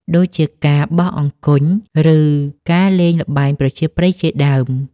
ដូចជាការបោះអង្គញ់ ឬការលេងល្បែងប្រជាប្រិយជាដើម។